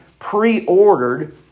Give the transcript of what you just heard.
Preordered